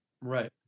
Right